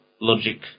logic